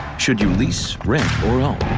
should you the script.